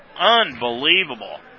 unbelievable